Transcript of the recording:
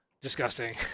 disgusting